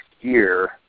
year